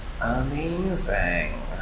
Amazing